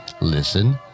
listen